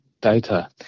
data